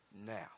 Now